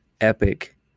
epic